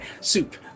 Soup